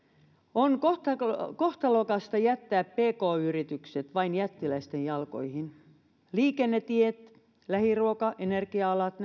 on kohtalokasta jättää pk yritykset vain jättiläisten jalkoihin liikennetiet lähiruoka energia alat